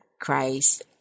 Christ